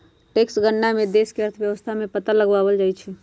tax गणना से देश के अर्थव्यवस्था के पता लगाएल जाई छई